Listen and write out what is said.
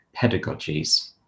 pedagogies